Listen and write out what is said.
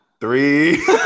Three